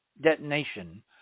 detonation